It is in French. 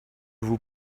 vous